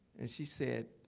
and she said,